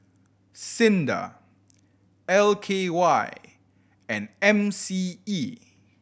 SINDA L K Y and M C E